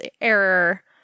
error